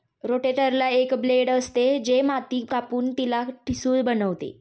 रोटेटरला एक ब्लेड असते, जे माती कापून तिला ठिसूळ बनवते